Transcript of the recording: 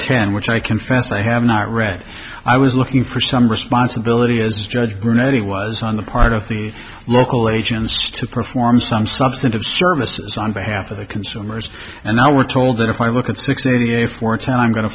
ten which i confess i have not read i was looking for some responsibility as a judge granted it was on the part of the local agents to perform some substantive service on behalf of the consumers and i were told that if i look at six eighty eight for ten i'm going to